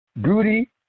beauty